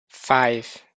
five